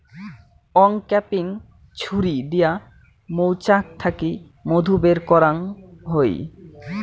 uncapping ছুরি দিয়া মৌচাক থাকি মধু বের করাঙ হই